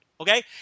okay